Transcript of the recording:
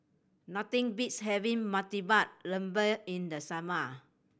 nothing beats having Murtabak Lembu in the summer